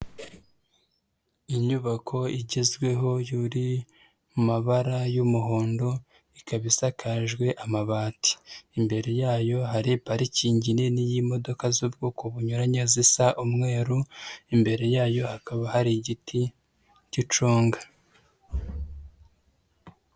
Inyubako igezweho iri mu mabara y'umuhondo ikaba isakajwe amabati, imbere yayo hari parikingi nini y'imodoka z'ubwoko bunyuranye isa umweru, imbere yayo hakaba hari igiti cy'icunga.